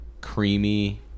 creamy